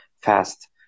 fast